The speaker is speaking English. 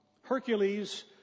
Hercules